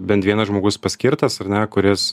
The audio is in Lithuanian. bent vienas žmogus paskirtas ar ne kuris